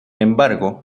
embargo